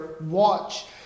watch